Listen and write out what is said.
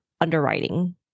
underwriting